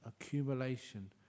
accumulation